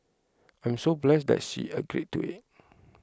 I'm so blessed that she agreed to it